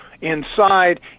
inside